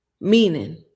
Meaning